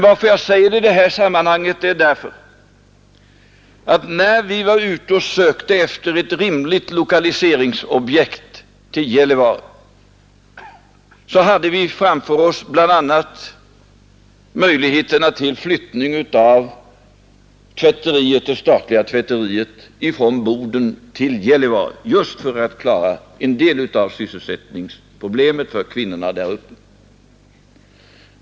Att jag säger det i detta sammanhang beror på att vi, när vi var ute och sökte efter ett rimligt lokaliseringsobjekt till Gällivare, hade framför oss bl.a. möjligheten till flyttning av det statliga tvätteriet från Boden till Gällivare just för att klara en del av sysselsättningsproblemen för kvinnorna där uppe.